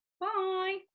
Bye